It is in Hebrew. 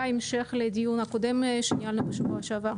בהמשך לדיון הקודם שניהלנו בשבוע שעבר.